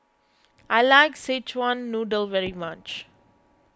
I like Szechuan Noodle very much